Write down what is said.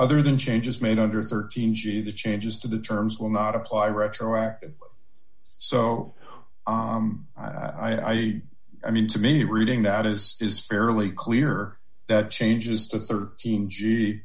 other than changes made under thirteen g the changes to the terms will not apply retroactive so i mean to me reading that is is fairly clear that changes to thirteen